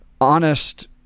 honest